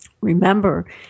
Remember